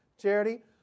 charity